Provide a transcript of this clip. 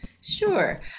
Sure